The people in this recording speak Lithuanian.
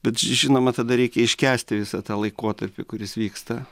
bet ž žinoma tada reikia iškęsti visą tą laikotarpį kuris vyksta